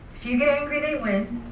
if you get angry, they win.